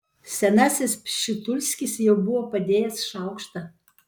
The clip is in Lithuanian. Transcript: senasis pšitulskis jau buvo padėjęs šaukštą